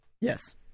Yes